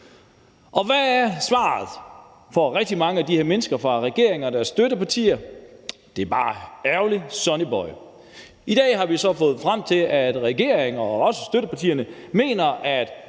Og hvad er svaret til rigtig mange af de her mennesker fra regeringen og dens støttepartier? Det er bare ærgerligt, Sonnyboy. I dag har vi så fundet frem til, at regeringen og også støttepartierne mener, at